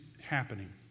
happening